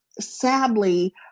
sadly